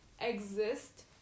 exist